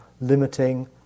limiting